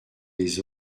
les